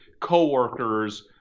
coworkers